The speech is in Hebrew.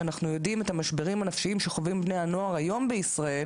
שאנחנו יודעים את המשברים הנפשיים שחווים היום בני הנוער בישראל,